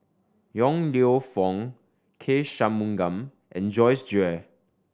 Yong Lew Foong K Shanmugam and Joyce Jue